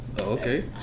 okay